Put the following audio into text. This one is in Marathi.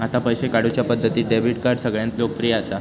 आता पैशे काढुच्या पद्धतींत डेबीट कार्ड सगळ्यांत लोकप्रिय असा